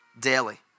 daily